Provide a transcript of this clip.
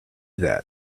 that